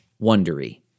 wondery